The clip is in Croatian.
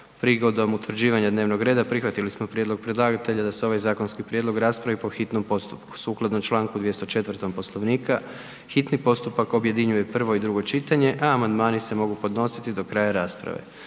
Prigodom utvrđivanja dnevnog reda prihvatili smo prijedlog predlagatelja da se ovaj zakonski prijedlog raspravi po hitnom postupku, sukladno Članku 204. Poslovnika hitni postupak objedinjuje prvo i drugo čitanje, a amandmani se mogu podnositi do kraja rasprave.